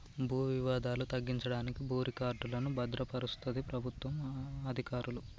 భూ వివాదాలు తగ్గించడానికి భూ రికార్డులను భద్రపరుస్తది ప్రభుత్వ అధికారులు